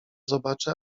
zobaczę